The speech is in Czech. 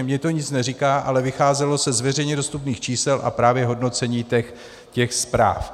Mně to nic neříká, ale vycházelo se z veřejně dostupných čísel a právě hodnocení těch zpráv.